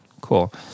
Cool